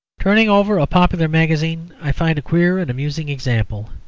turning over a popular magazine, i find a queer and amusing example.